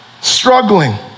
Struggling